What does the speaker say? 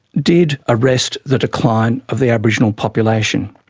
did arrest the decline of the aboriginal population.